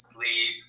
Sleep